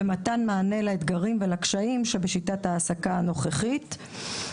ומתן מענה לאתגרים ולקשיים שבשיטת ההעסקה הנוכחית.